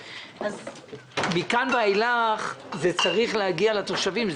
מכאן ואילך זה צריך להגיע לתושבים,